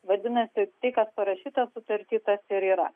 vadinasi tai kas parašyta sutartį tas ir yra